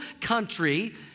country